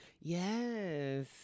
Yes